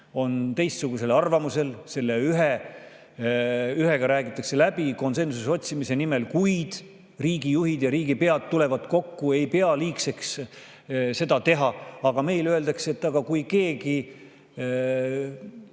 on teistsugusel arvamusel. Selle ühega räägitakse läbi konsensuse otsimise nimel kuude kaupa, riigijuhid ja riigipead tulevad kokku, nad ei pea liigseks seda teha. Aga meile öeldakse, et aga kui ühe